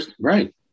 Right